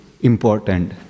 important